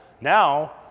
Now